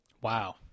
Wow